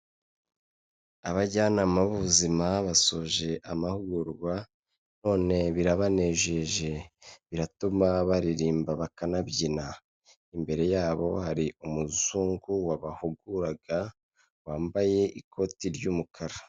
Abajyanama b'ubuzima basoje amahugurwa, none birabanejeje. Biratuma baririmba bakanabyina. Imbere yabo hari umuzungu, wabahuguraga wambaye ikoti ry'umukara.